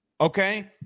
okay